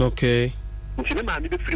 Okay